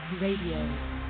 Radio